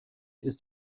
ist